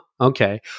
okay